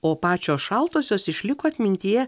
o pačios šaltosios išliko atmintyje